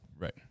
Right